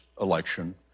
election